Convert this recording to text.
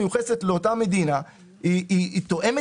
לדעת שההכנסה המיוחסת לאותה מדינה היא תואמת